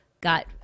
got